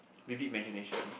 vivid imagination